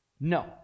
No